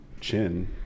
chin